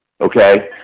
Okay